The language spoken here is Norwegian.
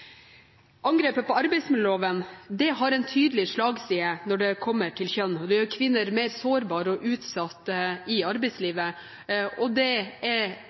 Angrepet på arbeidsmiljøloven har en tydelig slagside når det gjelder kjønn. Det gjør kvinner mer sårbare og mer utsatt i arbeidslivet, og det er